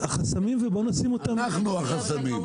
החסמים, בואו נשים אותם --- אנחנו החסמים.